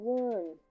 one